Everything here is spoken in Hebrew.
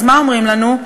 אז מה אומרים לנו?